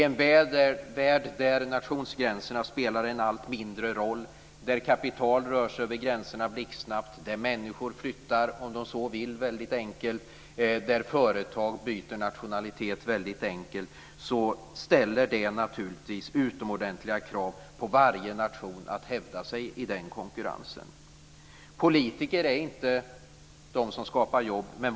I en värld där nationsgränserna spelar en allt mindre roll, där kapital rör sig över gränserna blixtsnabbt, där människor flyttar väldigt enkelt om de så vill och där företag byter nationalitet väldigt enkelt ställs det naturligtvis utomordentliga krav på varje nation att hävda sig i den konkurrensen. Politiker är inte de som skapar jobb.